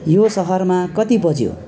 यो सहरमा कति बज्यो